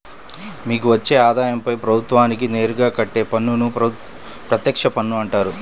మీకు వచ్చే ఆదాయంపై ప్రభుత్వానికి నేరుగా కట్టే పన్నును ప్రత్యక్ష పన్ను అంటారు